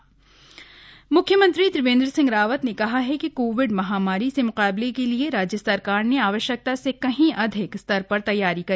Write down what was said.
CM संवाद म्ख्यमंत्री त्रिवेन्द्र सिंह रावत ने कहा है कि कोविड महामारी से मुकाबले के लिए राज्य सरकार ने आवश्यकता से कहीं अधिक स्तर पर तैयारी की